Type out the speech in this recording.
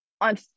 On